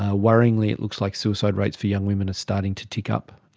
ah worryingly it looks like suicide rates for young women are starting to tick up.